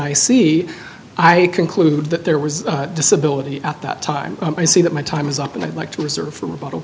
i see i conclude that there was disability at that time i see that my time is up and i'd like to reserve for a bottle